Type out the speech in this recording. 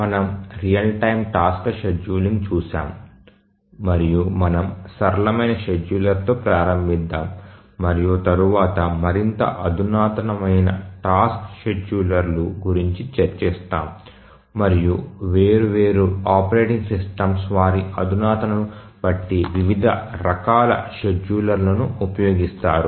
మనము real time టాస్క్ల scheduling చూశాము మరియు మనము సరళమైన షెడ్యూలర్లతో ప్రారంభిద్దాం మరియు తరువాత మరింత అధునాతనమైన టాస్క్ షెడ్యూలర్లు గురించి చర్చిస్తాము మరియు వేర్వేరు ఆపరేటింగ్ సిస్టమ్స్ వారి అధునాతనతను బట్టి వివిధ రకాల షెడ్యూలర్లను ఉపయోగిస్తారు